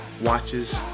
watches